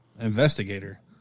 investigator